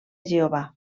jehovà